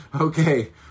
Okay